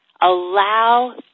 allow